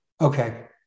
Okay